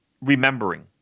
remembering